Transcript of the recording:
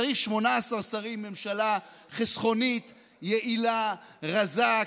צריך 18 שרים, ממשלה חסכונית, יעילה, רזה.